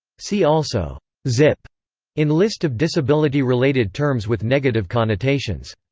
see also zip in list of disability-related terms with negative connotations.